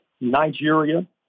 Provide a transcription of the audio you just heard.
Nigeria